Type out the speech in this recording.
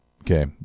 Okay